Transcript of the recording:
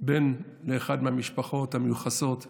בן לאחת המשפחות המיוחסות בישראל,